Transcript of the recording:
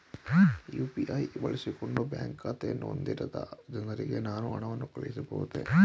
UPI ಬಳಸಿಕೊಂಡು bank ಖಾತೆಯನ್ನು ಹೊಂದಿರದ ಜನರಿಗೆ ನಾನು ಹಣವನ್ನು ಕಳುಹಿಸಬಹುದೇ?